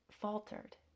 faltered